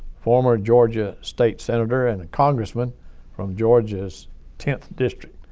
former georgia state senator and a congressman from georgia's tenth district.